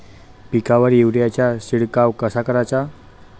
पिकावर युरीया चा शिडकाव कसा कराचा?